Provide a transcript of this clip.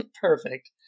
perfect